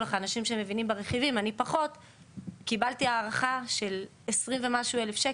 אני קיבלתי הערכה של 20 ומשהו אלף שקל.